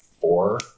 four